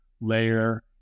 layer